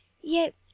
Yet